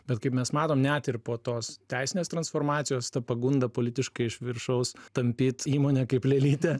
bet kaip mes matom net ir po tos teisinės transformacijos ta pagunda politiškai iš viršaus tampyt įmonę kaip lėlytę